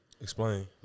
Explain